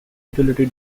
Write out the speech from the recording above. utility